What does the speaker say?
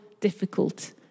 difficult